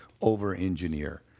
over-engineer